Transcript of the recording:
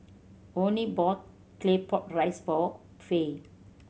Onie bought Claypot Rice for Fay